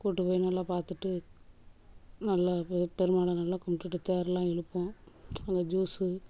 கூடிட்டு போய் நல்லா பார்த்துட்டு நல்லா பெருமாளை நல்லா கும்பிடுட்டு தேர்லாம் இழுப்போம் அங்கே ஜூஸு